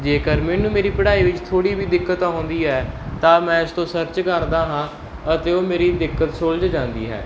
ਜੇਕਰ ਮੈਨੂੰ ਮੇਰੀ ਪੜ੍ਹਾਈ ਵਿੱਚ ਥੋੜ੍ਹੀ ਵੀ ਦਿੱਕਤ ਆਉਂਦੀ ਹੈ ਤਾਂ ਮੈਂ ਇਸ ਤੋਂ ਸਰਚ ਕਰਦਾ ਹਾਂ ਅਤੇ ਉਹ ਮੇਰੀ ਦਿੱਕਤ ਸੁਲਝ ਜਾਂਦੀ ਹੈ